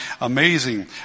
Amazing